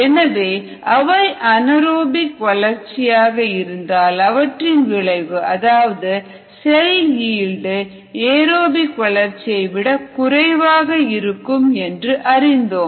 எனவே அவை அனேறோபிக் வளர்ச்சியாக இருந்தால் அவற்றின் விளைவு அதாவது செல் ஈல்டு ஏரோபிக் வளர்ச்சியைவிட குறைவாக இருக்கும் என்று அறிந்தோம்